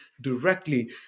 directly